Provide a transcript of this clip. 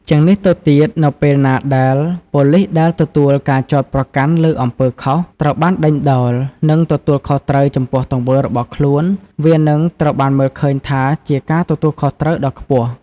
ជាងនេះទៅទៀត នៅពេលណាដែល ប៉ូលីសដែលទទួលការចោទប្រកាន់លើអំពើខុស ត្រូវបានដេញដោល និងទទួលខុសត្រូវចំពោះទង្វើរបស់ខ្លួន វានឹងត្រូវបានមើលឃើញថាជា ការទទួលខុសត្រូវ ដ៏ខ្ពស់។